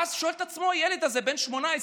ואז שואל את עצמו הילד הזה בן ה-18,